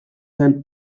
zen